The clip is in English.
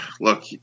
Look